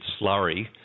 slurry